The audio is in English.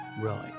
Right